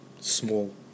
small